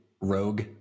rogue